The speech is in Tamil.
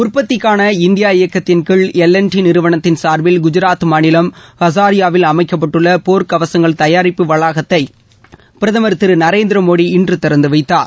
உற்பத்திக்கான இந்தியா இயக்கத்தின் கீழ் எல் என் டி நிறுவனத்தின் சார்பில் குஜராத் மாநிலம் கஸாரியாவில் அமைக்கப்பட்டுள்ள போர்க் கவசங்கள் தயாரிப்பு வளாகத்தை பிரதமர் திரு நரேந்திரமோடி இன்று திறந்து வைத்தார்